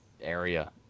area